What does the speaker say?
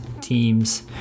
teams